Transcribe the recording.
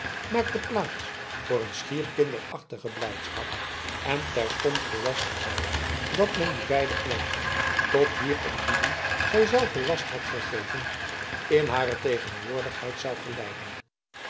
maakte plaats voor een schier kinderachtige blijdschap en terstond gelastte zij dat men die beide kwanten tot wier ontbieding zij zelve last had gegeven in hare tegenwoordigheid zou geleiden